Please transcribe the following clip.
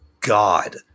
God